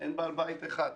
ואין בעל בית אחד.